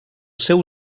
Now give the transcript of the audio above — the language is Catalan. seu